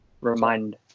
remind